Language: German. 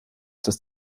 dass